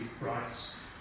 rights